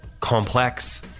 complex